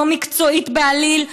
לא מקצועית בעליל,